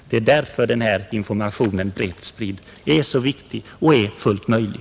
Det är därför en kortfattad information, rätt spridd, är så viktig och är fullt möjlig.